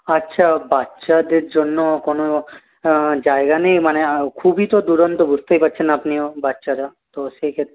আচ্ছা বাচ্চাদের জন্য কোন জায়গা নেই মানে খুবই তো দুরন্ত বুঝতেই পারছেন আপনিও বাচ্চারা তো সে ক্ষেত্রে